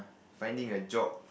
finding a job